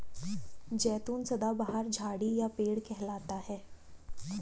जैतून सदाबहार झाड़ी या पेड़ कहलाता है